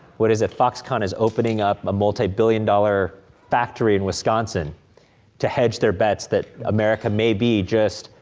what is it, foxconn is opening up a multi billion dollar factory in wisconsin to hedge their bets that america may be just,